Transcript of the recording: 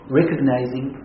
recognizing